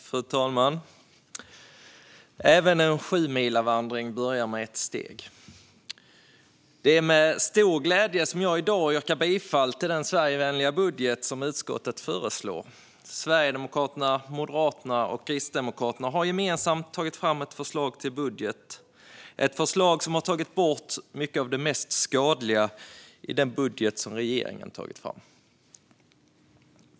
Fru talman! Även en sjumilavandring börjar med ett steg. Det är med stor glädje jag i dag yrkar bifall till den Sverigevänliga budget som utskottet föreslår. Sverigedemokraterna, Moderaterna och Kristdemokraterna har gemensamt tagit fram ett förslag till budget, ett förslag som tagit bort mycket av det mest skadliga i den budget som regeringen tagit fram.